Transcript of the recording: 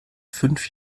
fünf